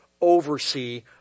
oversee